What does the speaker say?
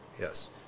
Yes